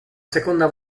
seconda